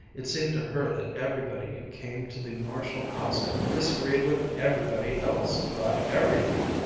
it seemed to her that everybody who came to the marshall house disagreed with everybody else about everything.